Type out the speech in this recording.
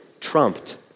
trumped